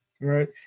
Right